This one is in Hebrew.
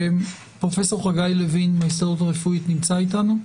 פרופסור חגי לוין מההסתדרות הרפואית נמצא אתנו?